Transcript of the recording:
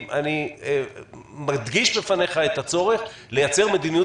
אני מדגיש בפניך את הצורך לייצר מדיניות